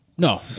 No